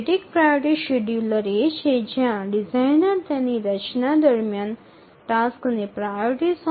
static priority সময়সূচী এমন যেখানে ডিজাইনার তার নকশা চলাকালীন সময়ে কার্যগুলিকে অগ্রাধিকার দেয়